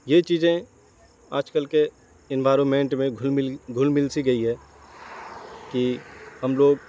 یہ چیزیں آج کل کے انوارومنٹ میں گھل مل گھل مل سی گئی ہے کہ ہم لوگ